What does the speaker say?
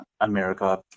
america